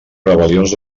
rebel·lions